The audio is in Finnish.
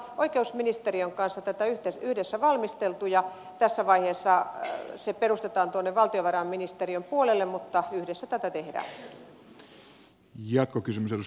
me olemme oikeusministeriön kanssa tätä yhdessä valmistelleet ja tässä vaiheessa se perustetaan valtiovarainministeriön puolelle mutta yhdessä tätä tehdään